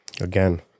Again